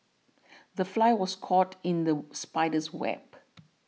the fly was caught in the spider's web